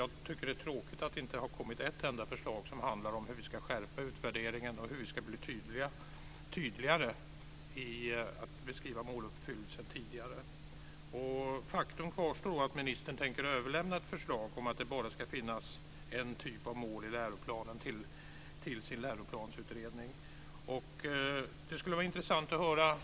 Jag tycker att det är tråkigt att det inte har kommit ett enda förslag som handlar om hur man ska skärpa utvärderingen och om hur man ska bli tydligare i att beskriva måluppfyllelsen tidigare. Faktum kvarstår att ministern tänker överlämna ett förslag till Läroplansutredningen om att det bara ska finnas en typ av mål i läroplanen.